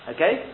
Okay